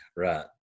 Right